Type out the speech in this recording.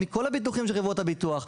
מכל הביטוחים של חברות הביטוח,